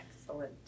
Excellent